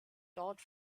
dort